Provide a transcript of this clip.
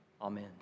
Amen